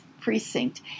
precinct